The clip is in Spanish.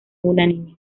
unánime